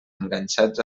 enganxats